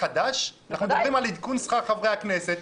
אנחנו מדברים כאן על עדכון שכר חברי הכנסת.